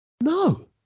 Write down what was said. no